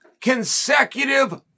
consecutive